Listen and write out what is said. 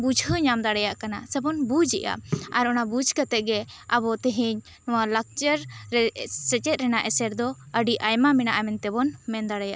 ᱵᱩᱡᱷᱟᱹᱣ ᱧᱟᱢ ᱫᱟᱲᱮᱭᱟᱜ ᱠᱟᱱᱟ ᱥᱮ ᱵᱚᱱ ᱵᱩᱡᱽ ᱮᱫᱼᱟ ᱟᱨ ᱚᱱᱟ ᱵᱩᱡᱽ ᱠᱟᱛᱮ ᱜᱮ ᱟᱵᱚ ᱛᱮᱦᱮᱧ ᱱᱚᱣᱟ ᱞᱟᱠᱪᱟᱨ ᱥᱮᱪᱮᱫ ᱨᱮᱱᱟᱜ ᱮᱥᱮᱨ ᱫᱚ ᱟᱹᱰᱤ ᱟᱭᱢᱟ ᱢᱮᱱᱟᱜᱼᱟ ᱢᱮᱱ ᱛᱮᱵᱚᱱ ᱢᱮᱱ ᱫᱟᱲᱮᱭᱟᱜ